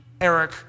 Eric